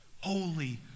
holy